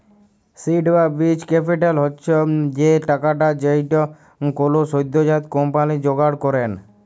seed বা বীজ capital হচ্ছ সে টাকাটা যেইটা কোলো সদ্যজাত কম্পানি জোগাড় করেক